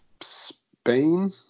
Spain